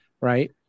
right